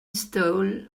stole